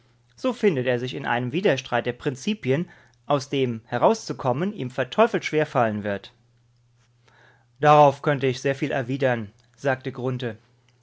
so findet er sich in einem widerstreit der prinzipien aus dem herauszukommen ihm verteufelt schwerfallen wird darauf könnte ich sehr viel erwidern sagte